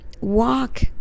walk